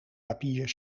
papier